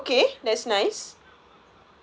oh okay that's nice